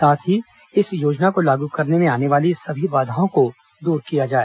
साथ ही इस योजना को लागू करने में आने वाली सभी बाधाओं को दूर किया जाए